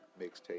mixtape